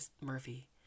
Murphy